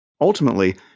Ultimately